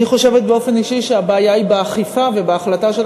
אני חושבת באופן אישי שהבעיה היא באכיפה ובהחלטה של